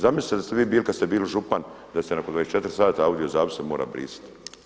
Zamislite da ste vi bili kada ste bili župan da se nakon 24h audio zapise mora brisati.